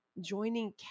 Joining